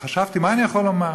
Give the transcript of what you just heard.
חשבתי מה אני יכול לומר.